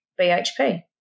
BHP